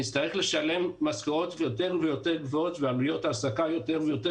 נצטרך לשלם משכורות יותר ויותר גבוהות ועלויות העסקה יותר ויותר